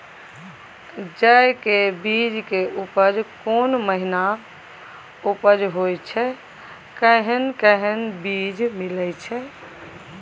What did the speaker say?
जेय के बीज के उपज कोन महीना उपज होय छै कैहन कैहन बीज मिलय छै?